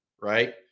right